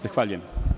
Zahvaljujem.